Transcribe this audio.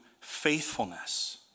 faithfulness